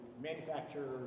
manufacture